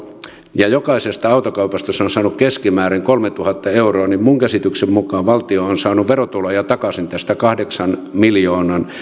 ja jokaisesta autokaupasta se on saanut keskimäärin kolmetuhatta euroa ja minun käsitykseni mukaan valtio on saanut verotuloja takaisin tästä kahdeksan miljoonan